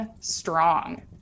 strong